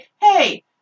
hey